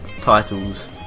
titles